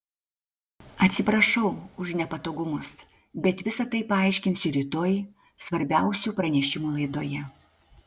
atsiprašau už nepatogumus bet visa tai paaiškinsiu rytoj svarbiausių pranešimų laidoje